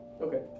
Okay